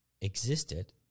existed